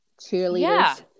Cheerleaders